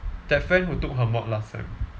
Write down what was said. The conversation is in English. that friend who took her mod last sem